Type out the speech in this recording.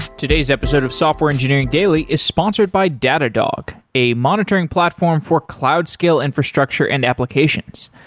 today's episode of software engineering daily is sponsored by datadog, a monitoring platform for cloud scale infrastructure and applications.